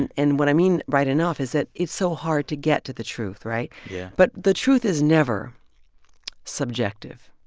and and what i mean, right enough, is that it's so hard to get to the truth, right? yeah but the truth is never subjective.